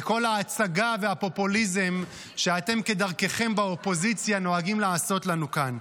לכל ההצגה והפופוליזם שאתם כדרככם באופוזיציה נוהגים לעשות לנו כאן.